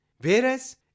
Whereas